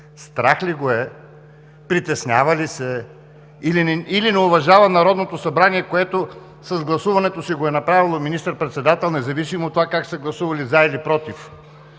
Страх ли го е, притеснява ли се, или не уважава Народното събрание, което с гласуването си го е направило министър-председател, независимо от това как са гласували – „за“ или „против“?!